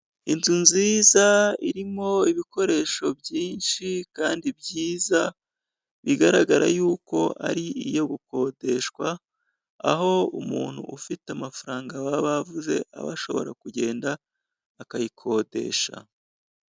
Inzu nziza irimo ibikoresho byinshi kandi byiza, bigaragara y'uko ari iyo gukodeshwa, aho umuntu ufite amafaranga baba bavuze, aba ashobora kugenda akayikodesha.